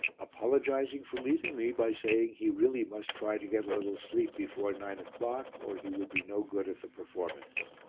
apologizing for leaving me by saying he really must try to get a little sleep before nine o'clock or he would be no good at the performance.